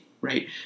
right